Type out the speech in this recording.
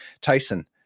Tyson